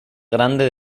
grande